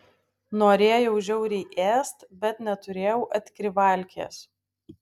norėjau žiauriai ėst bet neturėjau atkrivalkės